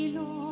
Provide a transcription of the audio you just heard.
Lord